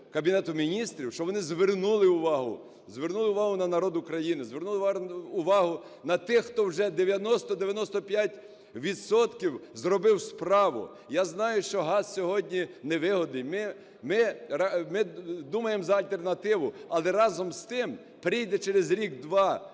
Кабінету Міністрів, щоб вони звернули увагу. Звернули увагу на народ України, звернули увагу на тих, хто вже 90-95 відсотків зробив справу. Я знаю, що газ сьогодні не вигідний, ми думаємо за альтернативу. Але, разом з тим, прийде через рік-два